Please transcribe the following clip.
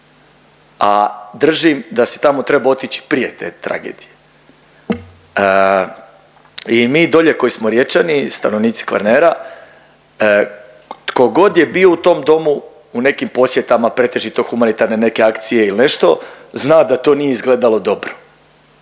a držim da si trebao otići i prije te tragedije. I mi dolje koji smo Riječani, stanovnici Kvarnera kogod je bio u tom domu u nekim posjetima, pretežito humanitarne neke akcije il nešto zna da to nije izgledalo dobro,